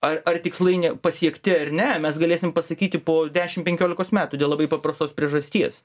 ar ar tikslai ne pasiekti ar ne mes galėsim pasakyti po dešim penkiolikos metų dėl labai paprastos priežasties